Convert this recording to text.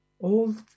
old